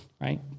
right